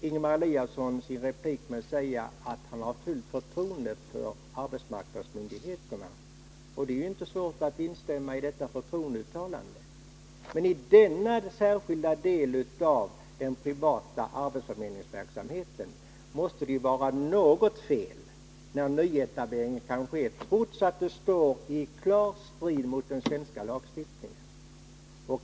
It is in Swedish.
Ingemar Eliasson avslutar sin replik med att säga att han har fullt förtroende för arbetsmarknadsmyndigheterna, och det är inte svårt att instämma i en sådan förtroendeförklaring, men något måste vara fel när det gäller denna särskilda del av den privata arbetsförmedlingsverksamheten när nyetableringar kan ske trots att det står i klar strid mot den svenska lagstiftningen.